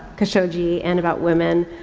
khashoggi and about women.